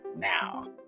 now